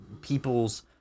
people's